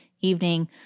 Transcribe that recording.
evening